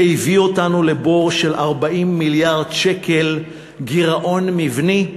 שהביא אותנו לבור של 40 מיליארד שקל גירעון מבני,